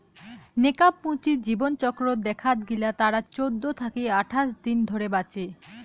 নেকাব মুচি জীবনচক্র দেখাত গিলা তারা চৌদ্দ থাকি আঠাশ দিন ধরে বাঁচে